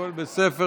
הכול בסדר.